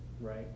right